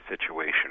situation